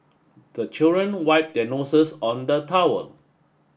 the children wipe their noses on the towel